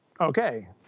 okay